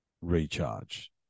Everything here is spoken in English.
recharge